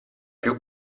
più